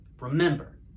Remember